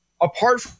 Apart